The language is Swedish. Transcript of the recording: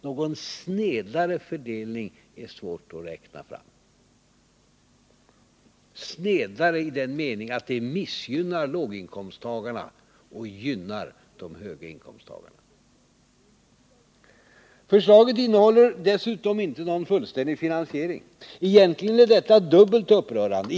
Någon snedare fördelning är det svårt att räkna fram — snedare i den mening att den missgynnar låginkomsttagarna och gynnar de höga inkomsttagarna. Förslaget innehåller dessutom inte någon fullständig finansiering. Egentligen är detta dubbelt upprörande.